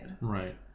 right